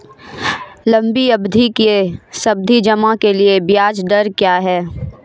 लंबी अवधि के सावधि जमा के लिए ब्याज दर क्या है?